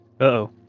Uh-oh